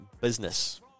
Business